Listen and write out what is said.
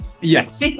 yes